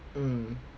mm